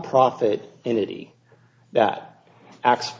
profit entity that acts